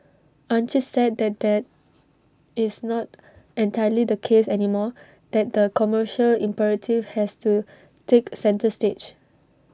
aren't you sad that that is not entirely the case anymore that the commercial imperative has to take centre stage